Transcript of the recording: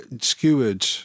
skewered